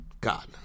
God